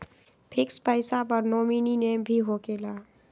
Fix पईसा पर nominee name भी होकेला?